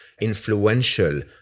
influential